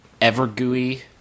ever-gooey